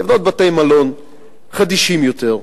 לבנות בתי-מלון חדישים יותר,